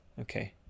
Okay